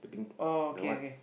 oh okay okay